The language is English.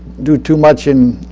do too much and